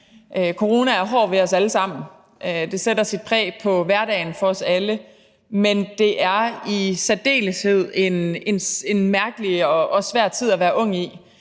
Coronaen er hård ved os alle sammen, den sætter sit præg på hverdagen for os alle, men det er i særdeleshed en mærkelig og svær tid at være ung i.